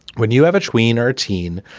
when you have a tween or teen.